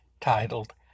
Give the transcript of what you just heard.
titled